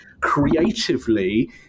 creatively